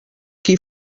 qui